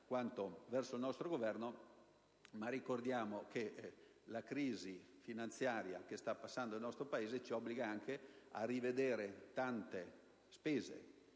quanto verso il nostro Governo. Ma ricordiamo che la crisi finanziaria che sta attraversando il nostro Paese ci obbliga anche a rivedere tante spese